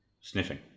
Sniffing